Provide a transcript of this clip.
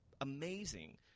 amazing